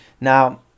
Now